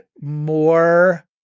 more